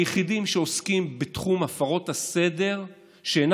היחידים שעוסקים בתחום הפרות הסדר שאינן